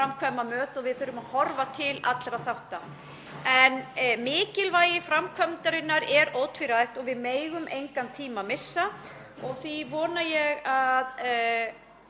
og við þurfum að horfa til allra þátta. En mikilvægi framkvæmdarinnar er ótvírætt og við megum engan tíma missa og því vona ég að